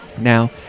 Now